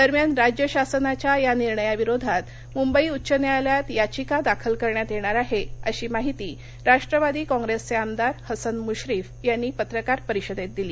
दरम्यान राज्य शासनाच्या या निर्णयाविरोधात मुंबई उच्च न्यायालयात याचिका दाखल करण्यात येणार आहे अशी माहिती राष्ट्रवादी काँप्रेसचे आमदार हसन मुश्रीफ यांनी पत्रकार परिषदेत दिली